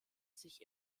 sich